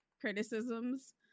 criticisms